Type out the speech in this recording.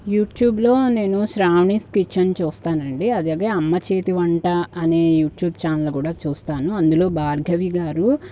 యూట్యూబ్లో నేను శ్రావణీస్ కిచెన్ చూస్తానండి అలాగే అమ్మ చేతి వంట అనే యూట్యూబ్ ఛానల్ కూడా చూస్తాను అందులో భార్గవి గారు